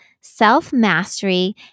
self-mastery